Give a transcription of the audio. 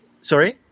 Sorry